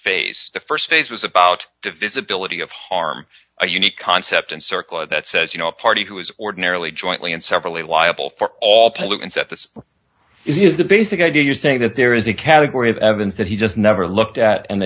phase the st phase was about the visibility of harm a unique concept and circle that says you know a party who is ordinarily jointly and severally liable for all pollutants that this is the basic idea you're saying that there is a category of evidence that he just never looked at and